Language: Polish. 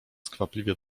skwapliwie